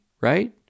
right